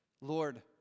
Lord